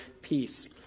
peace